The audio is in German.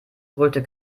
brüllte